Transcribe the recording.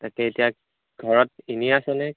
তাকে এতিয়া ঘৰত এনেই আছনে